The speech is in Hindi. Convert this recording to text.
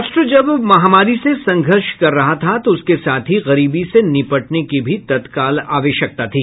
राष्ट्र जब महामारी से संघर्ष कर रहा था तो उसके साथ ही गरीबी से निपटने की भी तत्काल आवश्यकता थी